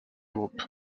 groupe